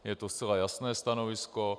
Je to zcela jasné stanovisko.